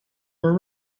are